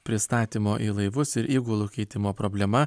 pristatymo į laivus ir įgulų keitimo problema